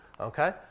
okay